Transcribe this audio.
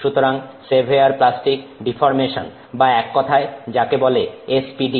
সুতরাং severe plastic deformation বা এক কথায় যাকে বলে SPD